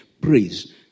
Praise